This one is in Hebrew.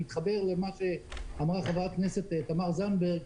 מתחבר למה שאמרה חברת הכנסת תמר זנדברג,